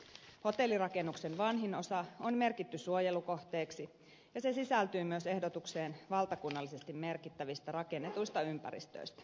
hotellirakennuksen vanhin osa on merkitty suojelukohteeksi ja se sisältyy myös ehdotukseen valtakunnallisesti merkittävistä rakennetuista ympäristöistä